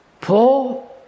Poor